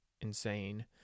insane